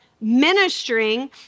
Ministering